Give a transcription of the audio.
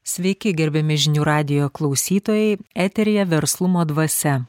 sveiki gerbiami žinių radijo klausytojai eteryje verslumo dvasia